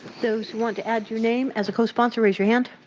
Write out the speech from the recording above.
those who want to add your name as cosponsor, raise your hand.